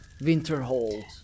Winterhold